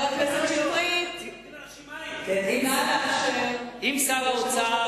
אם שר האוצר,